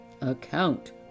account